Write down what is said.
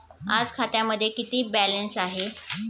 आज खात्यामध्ये किती बॅलन्स आहे?